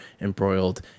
embroiled